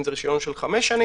אם זה רישיון של חמש שנים,